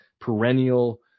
perennial